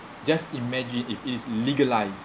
just imagine if it's legalized